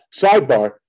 sidebar